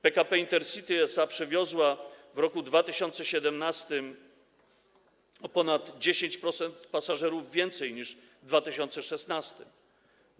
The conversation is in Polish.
PKP Intercity SA przewiozło w roku 2017 o ponad 10% pasażerów więcej niż w 2016 r.